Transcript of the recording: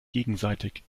gegenseitig